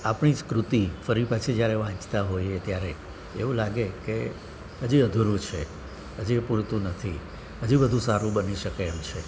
આપણી જ કૃતિ ફરી પાછી જ્યારે વાંચતા હોઈએ ત્યારે એવું લાગે કે હજી અધૂરું છે હજી એ પૂરતું નથી હજી વધું સારું બની શકે એમ છે